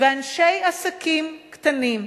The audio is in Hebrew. ואנשי עסקים קטנים,